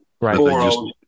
right